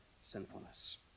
sinfulness